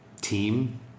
team